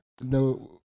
No